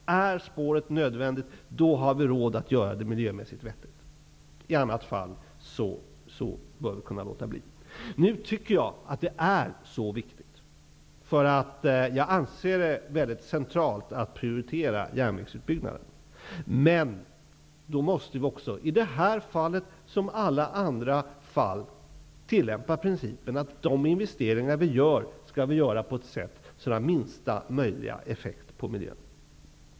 Är spåret nödvändigt, då har vi råd att göra det miljömässigt vettigt. I annat fall bör vi kunna låta bli. Jag anser att det är så viktigt, därför att jag anser att det är centralt att prioritera järnvägsutbyggnaden. Men då måste vi också i detta fall som i alla andra fall tillämpa principen att de investeringar som man gör skall göras på ett sådant sätt att det har minsta möjliga effekt på miljön.